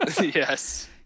yes